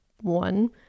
One